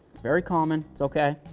it's very common, it's okay.